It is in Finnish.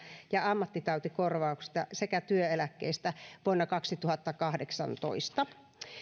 ja ammattitautikorvauksista sekä työeläkkeistä vuonna kaksituhattakahdeksantoista